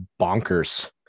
bonkers